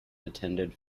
attended